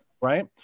right